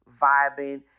vibing